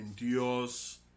endures